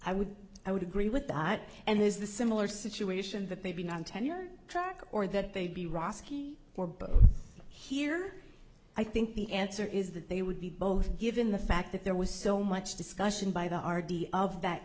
i would i would agree with that and has the similar situation that they be non tenure track or that they be roski or both here i think the answer is that they would be both given the fact that there was so much discussion by the r d of that